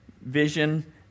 vision